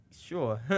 Sure